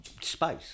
space